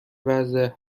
وضع